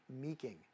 meeking